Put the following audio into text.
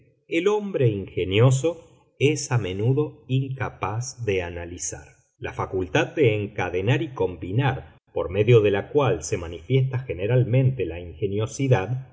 el hombre ingenioso es a menudo incapaz de analizar la facultad de encadenar y combinar por medio de la cual se manifiesta generalmente la ingeniosidad